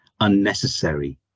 unnecessary